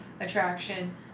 attraction